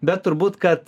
bet turbūt kad